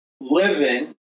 living